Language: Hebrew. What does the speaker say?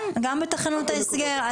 גם בתחנות ההסגר.